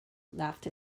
laughed